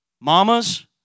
Mamas